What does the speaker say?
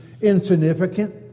insignificant